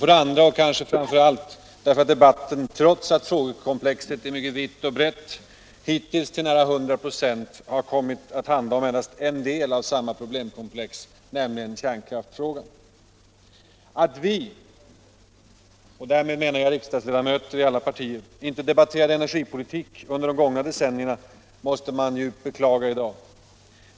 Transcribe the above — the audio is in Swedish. För det andra, och kanske framför allt, därför att debatten — trots att frågekomplexet är mycket vitt och brett — hittills till nära 100 926 har kommit att handla om endast en del av samma problemkomplex, nämligen kärnkraftsfrågan. Att vi — och därmed menar jag riksdagsledamöter i alla partier — inte debatterade energipolitik under de gångna decennierna måste man djupt beklaga i dag.